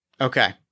Okay